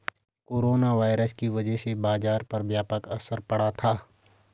corona virus की वजह से बाजार पर व्यापक असर पड़ा था